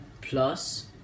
Plus